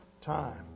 time